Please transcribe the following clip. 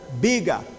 bigger